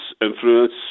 influence